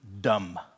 dumb